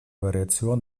variation